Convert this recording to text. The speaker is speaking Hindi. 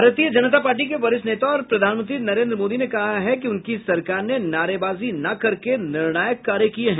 भारतीय जनता पार्टी के वरिष्ठ नेता और प्रधानमंत्री नरेन्द्र मोदी ने कहा है कि उनकी सरकार ने नारेबाजी न करके निर्णायक कार्य किए हैं